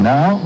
Now